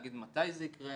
להגיד מתי זה יקרה,